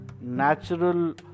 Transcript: natural